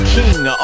King